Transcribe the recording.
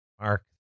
Mark